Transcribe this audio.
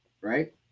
Right